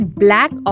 black